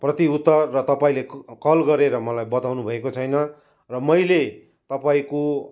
प्रतिउत्तर र तपाईँले क कल गरेर मलाई बताउनुभएको छैन र मैले तपाईँको